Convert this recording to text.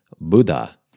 Buddha